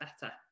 better